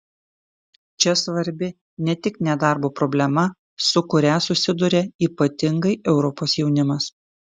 čia svarbi ne tik nedarbo problema su kuria susiduria ypatingai europos jaunimas